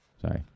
Sorry